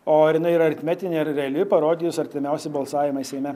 o ar jinai yra aritmetinė ar reali parodys artimiausi balsavimai seime